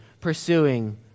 pursuing